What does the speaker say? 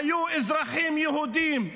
היו אזרחים יהודים,